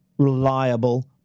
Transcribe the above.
reliable